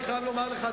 אני חייב לומר לך,